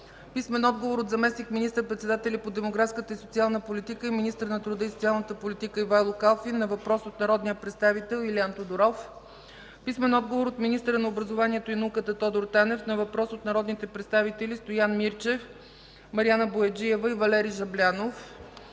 Илиан Тодоров; - заместник министър-председателя по демографската и социалната политика и министър на труда и социалната политика Ивайло Калфин на въпрос от народния представител Илиан Тодоров; - министъра на образованието и науката Тодор Танев на въпрос от народните представители Стоян Мирчев, Мариана Бояджиева и Валери Жаблянов;